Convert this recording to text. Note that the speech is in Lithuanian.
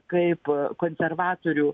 kaip konservatorių